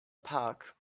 park